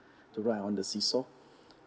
to ride on the seesaw